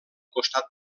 costat